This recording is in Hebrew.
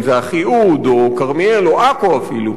אם אחיהוד או כרמיאל או עכו אפילו,